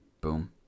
Boom